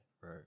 Right